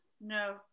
No